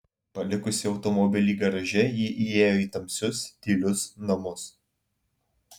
palikusi automobilį garaže ji įėjo į tamsius tylius namus